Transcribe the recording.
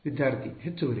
ವಿದ್ಯಾರ್ಥಿ ಹೆಚ್ಚುವರಿ